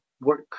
work